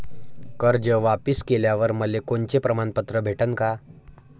कर्ज वापिस केल्यावर मले कोनचे प्रमाणपत्र भेटन का?